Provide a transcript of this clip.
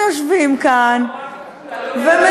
אנחנו יושבים כאן ומדברים: